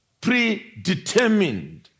predetermined